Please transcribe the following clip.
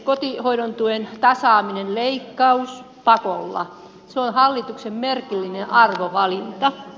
kotihoidon tuen tasaaminen leikkauspakolla on hallituksen merkillinen arvovalinta